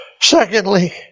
Secondly